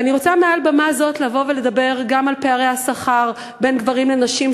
ואני רוצה מעל במה זו לדבר גם על פערי השכר בין גברים לנשים,